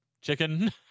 chicken